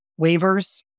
waivers